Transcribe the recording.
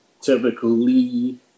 typically